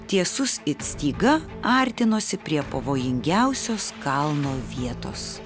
tiesus it styga artinosi prie pavojingiausios kalno vietos